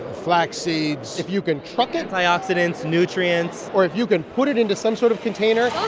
flax seeds. if you can truck it. antioxidants, nutrients. or if you can put it into some sort of container.